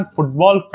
Football